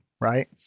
right